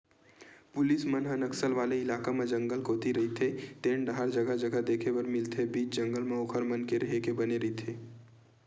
police मन ह नक्सल वाले इलाका म जंगल कोती रहिते तेन डाहर जगा जगा देखे बर मिलथे बीच जंगल म ओखर मन के रेहे के बने रहिथे